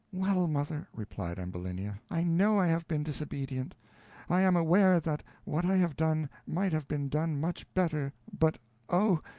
well, mother, replied ambulinia, i know i have been disobedient i am aware that what i have done might have been done much better but oh!